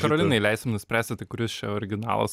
karolinai leisim nuspręsti tai kuris čia originalas